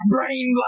Brain